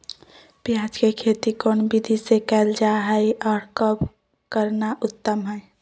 प्याज के खेती कौन विधि से कैल जा है, और कब करना उत्तम है?